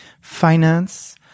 finance